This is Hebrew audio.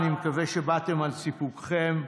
אני מקווה שבאתם על סיפוקכם.